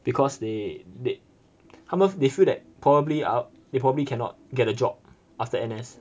because they they 他们 they feel that probably they probably cannot get a job after N_S